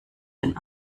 den